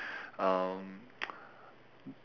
um